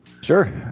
Sure